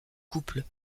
couple